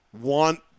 want